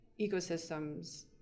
ecosystems